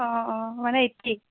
অ' অ' মানে এইট্টি